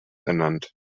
ernannt